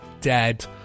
dead